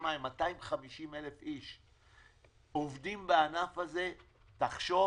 250,000 איש עובדים בענף הזה, תחשוב,